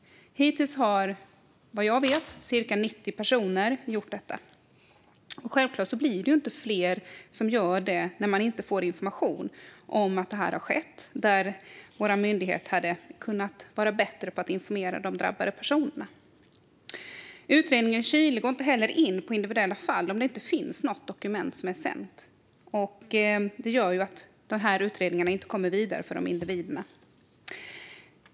Hittills har, vad jag vet, ca 90 personer gjort detta. Självklart blir det inte fler om information inte ges om att det här har skett. Vår myndighet hade kunnat vara bättre på att informera de drabbade personerna. Utredningen i Chile går inte heller in på individuella fall om inte något dokument har sänts. Det leder till att utredningarna för de här individerna inte kommer vidare.